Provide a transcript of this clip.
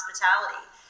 hospitality